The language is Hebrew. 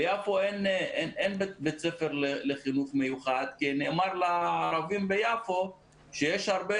ביפו אין בית ספר לחינוך מיוחד כי נאמר לערבים ביפו שיש הרבה